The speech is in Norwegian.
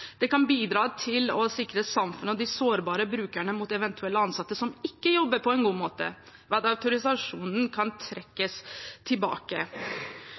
bidra til å sikre samfunnet og de sårbare brukerne mot eventuelle ansatte som ikke jobber på en god måte, ved at autorisasjonen kan trekkes tilbake.